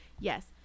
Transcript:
Yes